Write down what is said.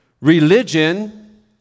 Religion